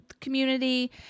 community